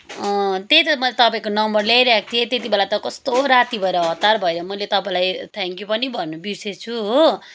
अँ त्यही त मैले तपाईँको नम्बर ल्याइरहेको थिएँ त्यतिबेला त कस्तो राति भएर हतार भयो मैले तपाईँलाई थ्याङ्क यू पनि भन्न बिर्सेछु हो